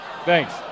Thanks